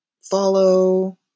follow